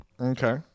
okay